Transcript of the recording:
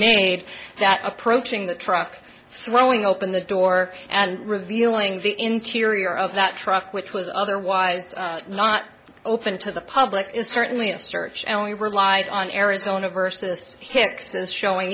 d that approaching the truck throwing open the door and revealing the interior of that truck which was otherwise not open to the public is certainly a search and we relied on arizona versus hicks is showing